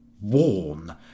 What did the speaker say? Warn